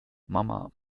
mama